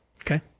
Okay